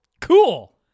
Cool